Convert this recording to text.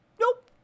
nope